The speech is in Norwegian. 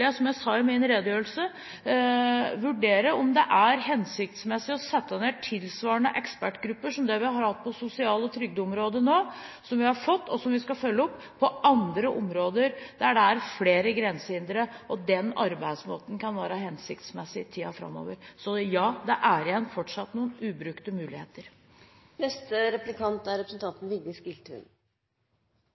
som jeg sa i min redegjørelse, vurdere om det er hensiktsmessig å sette ned tilsvarende ekspertgrupper som det vi nå har fått på sosial- og trygdeområdet – og som vi skal følge opp – på andre områder der det er flere grensehindre. Den arbeidsmåten kan være hensiktsmessig i tiden framover. Så: Ja, det er fortsatt igjen noen ubrukte muligheter. Vi er